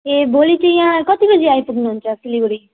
ए भोलि चाहिँ यहाँ कति बजी आइपुग्नुहुन्छ सिलगढी